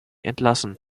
entlassen